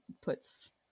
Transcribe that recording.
puts